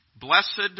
Blessed